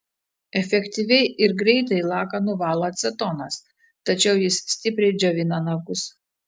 efektyviai ir greitai laką nuvalo acetonas tačiau jis stipriai džiovina nagus